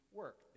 work